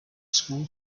school